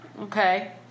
Okay